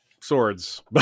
swords